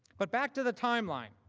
but back to the timeline,